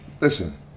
listen